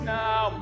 now